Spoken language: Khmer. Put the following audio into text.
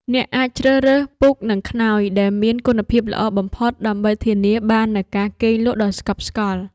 អ្នកអាចជ្រើសរើសពូកនិងខ្នើយដែលមានគុណភាពល្អបំផុតដើម្បីធានាបាននូវការគេងលក់ដ៏ស្កប់ស្កល់។